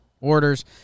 orders